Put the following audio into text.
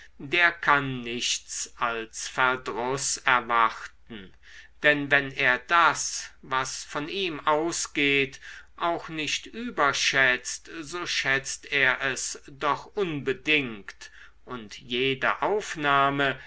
der kann nichts als verdruß erwarten denn wenn er das was von ihm ausgeht auch nicht überschätzt so schätzt er es doch unbedingt und jede aufnahme